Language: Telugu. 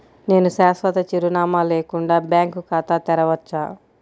నేను శాశ్వత చిరునామా లేకుండా బ్యాంక్ ఖాతా తెరవచ్చా?